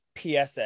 PSA